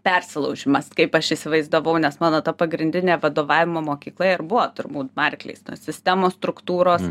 persilaužimas kaip aš įsivaizdavau nes mano ta pagrindinė vadovavimo mokykla ir buvo turbūt barkleis na sistemos struktūros